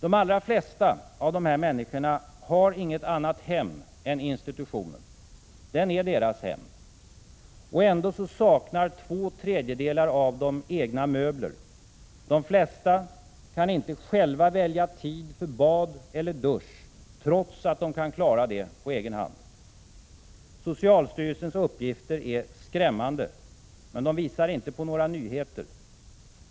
De allra flesta av dessa människor har inget annat hem än institutionen. Den är deras hem. Ändå saknar två tredjedelar av dem egna möbler. De flesta kan inte själva välja tid för bad eller dusch trots att de kan klara detta på egen hand. Socialstyrelsens uppgifter är skrämmande, men de visar inte på några nyheter.